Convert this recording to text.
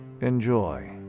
Enjoy